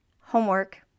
Homework